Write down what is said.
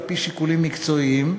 על-פי שיקולים מקצועיים,